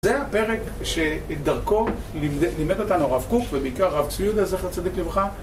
זה הפרק שאת דרכו לימד אותנו הרב קוק ובעיקר הרב צבי יהודה זכר צדיק לברכה